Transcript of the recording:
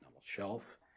Shelf